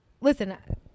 listen